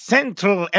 Central